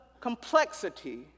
complexity